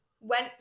Went